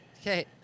Okay